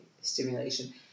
stimulation